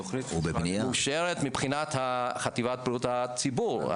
מאושרת מבחינת חטיבת בריאות הציבור.